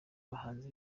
bahanzi